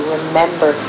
remember